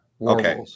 Okay